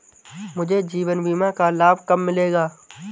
मुझे जीवन बीमा का लाभ कब मिलेगा?